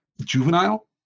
juvenile